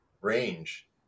range